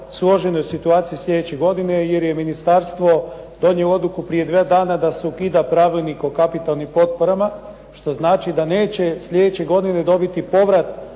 složenoj situaciji sljedeće godine, jer je ministarstvo donijelo odluku prije dva dana da se ukida Pravilnik o kapitalnim potporama što znači da neće sljedeće godine dobiti povrat